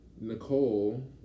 nicole